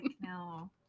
No